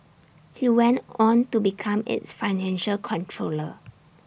he went on to become its financial controller